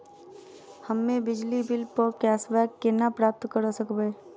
हम्मे बिजली बिल प कैशबैक केना प्राप्त करऽ सकबै?